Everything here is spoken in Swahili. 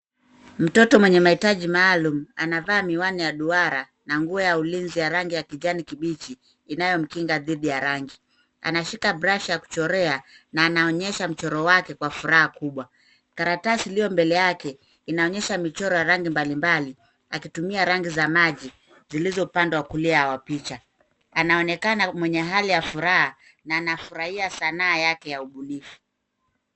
Mtoto mwenye mahitaji maalum anavaa miwani ya duara na nguo ya ulinzi ya rangi ya kijani kibichi inayomkinga dhidi ya rangi. Anashika brashi ya kuchorea na anaonyesha mchoro wake kwa furaha kubwa. Karatasi iliyo mbele yake inaonyesha michoro ya rangi mbalimbali akitumia rangi za maji zilizopande wa kulia wa picha. Anaonekana mwenye hali ya furaha na anafurahia sanaa yake ya ubunifu.